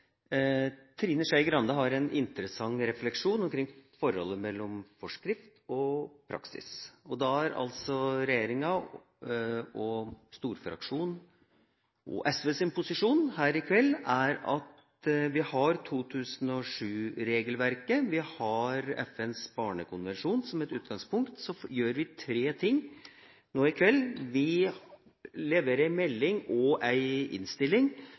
Trine Skei Grande har en interessant refleksjon omkring forholdet mellom forskrift og praksis. Da er altså regjeringa, storfraksjonen og SVs posisjon her i kveld at vi har 2007-regelverket og FNs barnekonvensjon som et utgangspunkt. Så gjør vi tre ting i kveld: Vi leverer en melding og en innstilling